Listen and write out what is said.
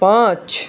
पाँच